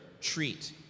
treat